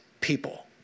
people